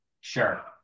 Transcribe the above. Sure